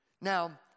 Now